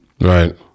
Right